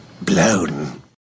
blown